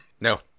No